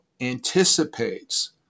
anticipates